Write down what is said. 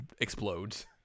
explodes